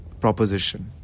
proposition